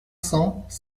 cents